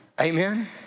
Amen